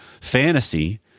fantasy